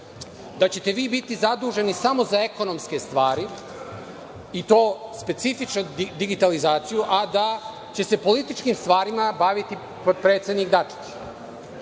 da ćete vi biti zaduženi samo za ekonomske stvari, i to specifično digitalizaciju, a da će se političkim stvarima baviti potpredsednik Dačić?